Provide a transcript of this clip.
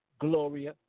Gloria